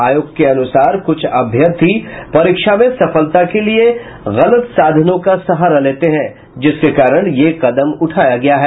आयोग के अनुसार कुछ अभ्यर्थी परीक्षा में सफलता के लिये गलत साधनों को सहारा लेते हैं जिसके कारण यह यह कदम उठाया गया है